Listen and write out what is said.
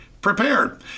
prepared